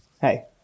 hey